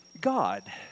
God